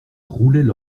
roulaient